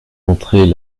montrer